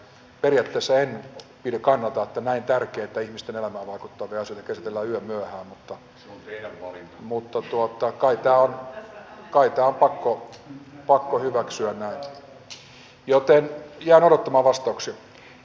periaatteessa en kannata sitä että näin tärkeitä ihmisten elämään vaikuttavia asioita käsitellään yömyöhään mutta kai tämä on pakko hyväksyä näin joten jään odottamaan vastauksia